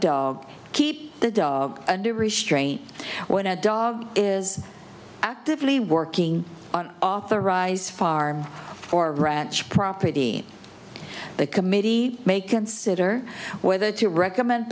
dog keep the dog under restraint when a dog is actively working on the rise farm or ranch property the committee may consider whether to recommend